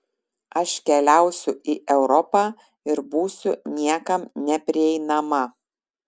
aš keliausiu į europą ir būsiu niekam neprieinama